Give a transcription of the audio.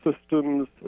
systems